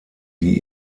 die